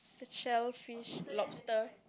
shellfish lobster